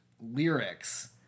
lyrics